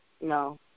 No